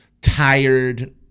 tired